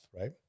right